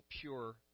pure